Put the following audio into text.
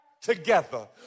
together